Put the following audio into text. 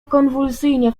konwulsyjnie